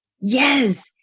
yes